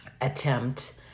attempt